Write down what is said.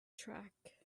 track